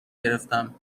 گرفتم